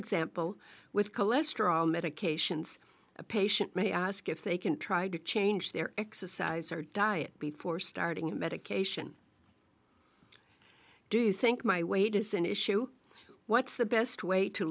example with cholesterol medications a patient may ask if they can try to change their exercise or diet before starting a medication do you think my weight is an issue what's the best way to